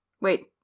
Wait